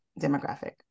demographic